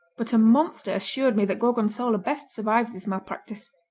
but a monster assured me that gorgonzola best survives this malpractice.